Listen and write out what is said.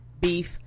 beef